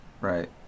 right